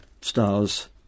stars